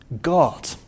God